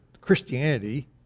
Christianity